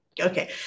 Okay